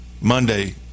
Monday